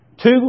Two